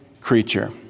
creature